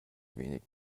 wenig